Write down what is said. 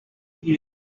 gears